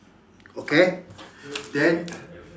okay then